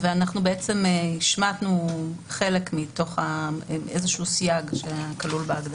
השמטנו איזה סייג שכלול בהגדרה.